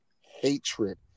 hatred